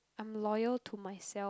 I'm loyal to myself